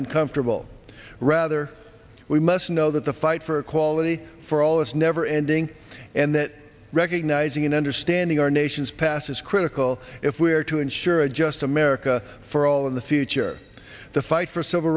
uncomfortable rather we must know that the fight for equality for all it's never ending and that recognizing and understanding our nation's past is critical if we are to ensure a just america for all in the future the fight for civil